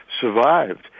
survived